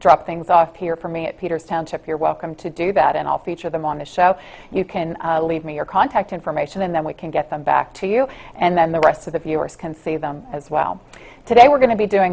drop things off here for me peters township you're welcome to do that and i'll feature them on the show you can leave me your contact information and then we can get them back to you and then the rest of the viewers can see them as well today we're going to be doing